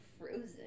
Frozen